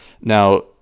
Now